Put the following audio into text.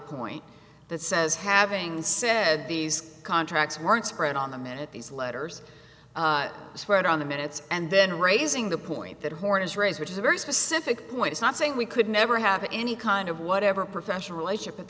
point that says having said these contracts word spread on the minute these letters swear on the minutes and then raising the point that horn is raise which is a very specific point it's not saying we could never have any kind of whatever professional relationship